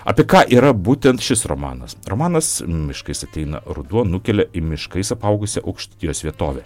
apie ką yra būtent šis romanas romanas miškais ateina ruduo nukelia į miškais apaugusią aukštaitijos vietovę